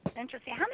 Interesting